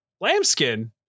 lambskin